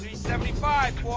seventy five